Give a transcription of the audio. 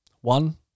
one